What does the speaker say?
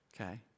Okay